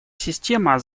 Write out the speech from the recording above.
система